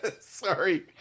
Sorry